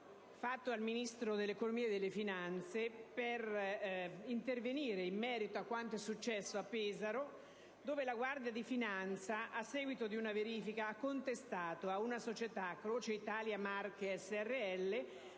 rivolto al Ministro dell'economia e delle finanze per intervenire in merito a quanto successo a Pesaro. La Guardia di finanza, a seguito di una verifica, ha contestato alla società Croce Italia Marche srl